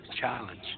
challenge